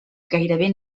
gairebé